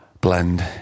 blend